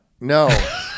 No